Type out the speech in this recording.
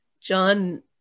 John